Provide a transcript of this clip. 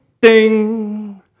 ding